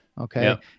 Okay